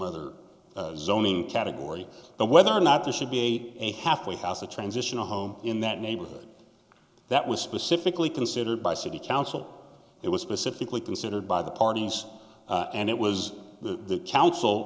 other zoning category but whether or not there should be a a halfway house a transitional home in that neighborhood that was specifically considered by city council it was specifically considered by the parties and it was the council